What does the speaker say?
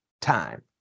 time